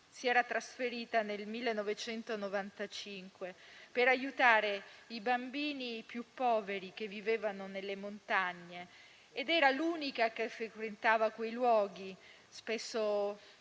Si era poi trasferita in Perù, nel 1995, per aiutare i bambini più poveri, che vivevano nelle montagne ed era l'unica che frequentava quei luoghi, spesso